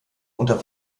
unter